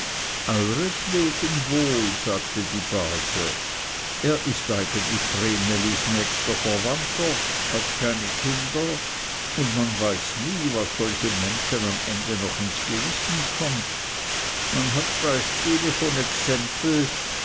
euretwegen wohl sagte die base er ist eigentlich vrenelis nächster verwandter hat keine kinder und man weiß nie was solchem menschen am ende noch ins gewissen kommt man hat beispiele von exempeln